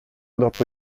dopo